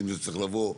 האם זה צריך לבוא,